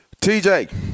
TJ